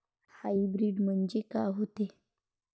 Hybrid म्हनजे का होते?